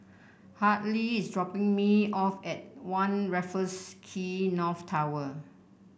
Hadley is dropping me off at One Raffles Quay North Tower